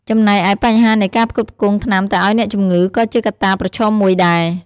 ចំណែកឯ បញ្ហានៃ ការផ្គត់ផ្គង់ថ្នាំទៅអោយអ្នកជំងឺ ក៏ជាកត្តាប្រឈមមួយដែរ។